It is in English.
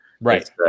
right